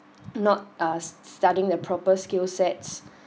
not uh s~ studying the proper skill sets